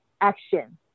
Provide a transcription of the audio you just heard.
action